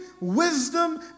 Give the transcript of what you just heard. wisdom